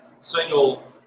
single